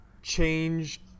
Change